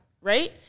right